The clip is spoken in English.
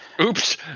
Oops